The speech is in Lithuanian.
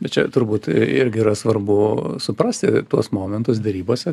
bet čia turbūt irgi yra svarbu suprasti tuos momentus derybose